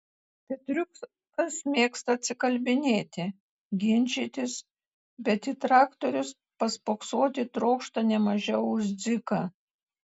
petriukas mėgsta atsikalbinėti ginčytis bet į traktorius paspoksoti trokšta ne mažiau už dziką